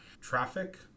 Traffic